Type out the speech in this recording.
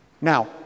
Now